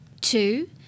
Two